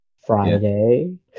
Friday